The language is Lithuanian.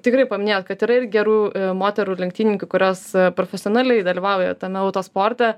tikrai paminėjot kad yra ir gerų moterų lenktynininkių kurios profesionaliai dalyvauja tame autosporte